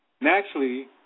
Naturally